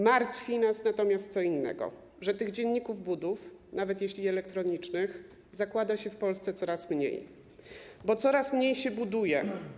Martwi nas natomiast co innego, że tych dzienników budów, nawet jeśli elektronicznych, zakłada się w Polsce coraz mniej, bo coraz mniej się buduje.